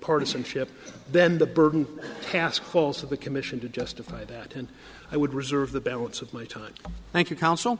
partisanship then the burden task force of the commission to justify that and i would reserve the balance of my time thank you counsel